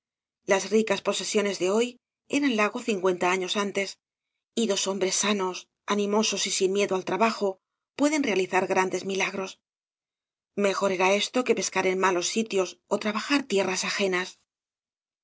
las ricas posesiones de hoy eran lago cincuenta años antes y dos hombres sanos animosos y sin miedo al trabajo pueden realizar grandes milagros mejor era esto que pescar en malos sitios ó trabajar tierras ajenas